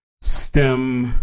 STEM